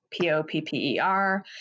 P-O-P-P-E-R